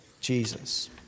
Jesus